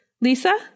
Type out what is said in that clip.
Lisa